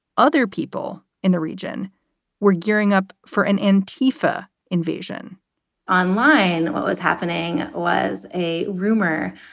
other people in the region were gearing up for an an tfa invasion online what was happening was a rumor,